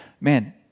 Man